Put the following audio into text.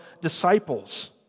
disciples